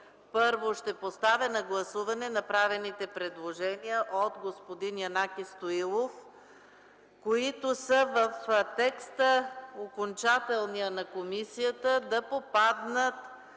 Първо ще поставя на гласуване направените предложения от господин Янаки Стоилов, които са в окончателния текст на комисията да попаднат